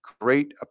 great